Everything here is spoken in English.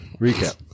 Recap